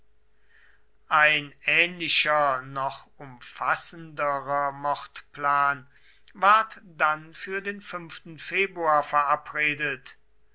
ein ähnlicher noch umfassenderer mordplan ward dann für den februar verabredet